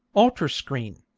altar screen.